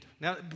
Now